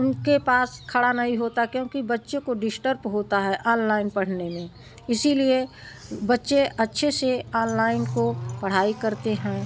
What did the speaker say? उनके पास खड़ा नहीं होता क्योकि बच्चे को दिश्टब होता है आनलाइन पढ़ने में इसीलिए बच्चे अच्छे से आनलाइन को पढ़ाई करते हैं